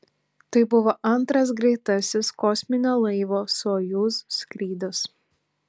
tai buvo antras greitasis kosminio laivo sojuz skrydis